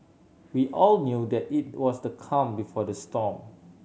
we all knew that it was the calm before the storm